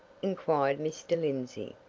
inquired mr. lindsey.